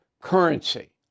currency